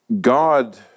God